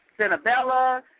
Cinnabella